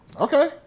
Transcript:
Okay